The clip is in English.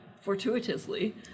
fortuitously